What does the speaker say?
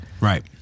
Right